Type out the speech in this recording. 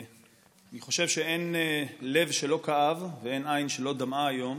אני חושב שאין לב שלא כאב ואין עין שלא דמעה היום